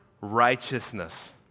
righteousness